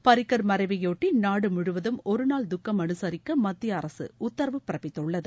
பாரிக்கர் மறைவையொட்டி நாடு முழுவதும் ஒருநாள் துக்கம் அனுசரிக்க மத்திய அரசு உத்தரவு பிறப்பித்துள்ளது